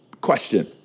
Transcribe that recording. Question